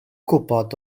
gwybod